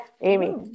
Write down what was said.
Amy